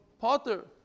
potter